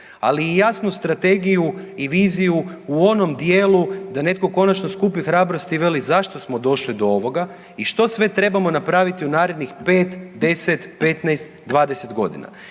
ali i jasnu strategiju i viziju u onom dijelu da netko konačno skupi hrabrosti i veli, zašto smo došli do ovoga i što sve trebamo napraviti u narednih 5, 10, 15, 20 godina.